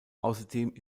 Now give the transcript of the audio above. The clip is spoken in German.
außerdem